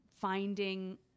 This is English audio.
finding